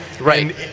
Right